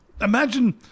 Imagine